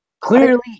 Clearly